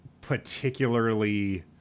particularly